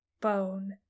Bone